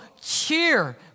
cheer